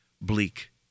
bleak